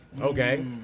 Okay